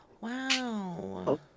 Wow